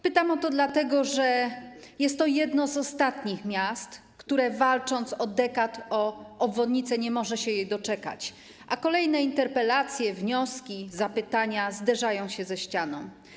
Pytam o to dlatego, że jest to jedno z ostatnich miast, które walcząc od dekad o obwodnicę, nie może się jej doczekać, a kolejne interpelacje, wnioski, zapytania zderzają się ze ścianą.